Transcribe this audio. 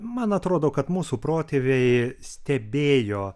man atrodo kad mūsų protėviai stebėjo